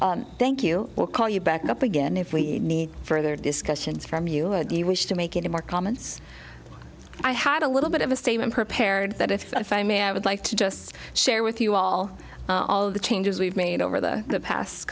matter thank you we'll call you back up again if we need further discussions from you would you wish to make it more comments i had a little bit of a statement prepared that if i may i would like to just share with you all of the changes we've made over the past